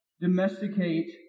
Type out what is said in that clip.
domesticate